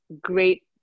great